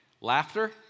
laughter